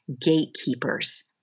gatekeepers